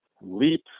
leap